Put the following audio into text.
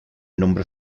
nombre